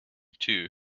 too